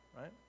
right